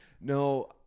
no